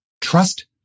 Trust